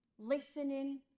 Listening